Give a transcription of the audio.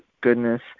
goodness